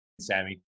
Sammy